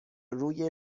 روی